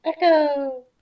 Echo